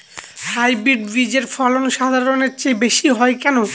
Hybrid বীজের ফলন সাধারণের চেয়ে বেশী হয় কেনো?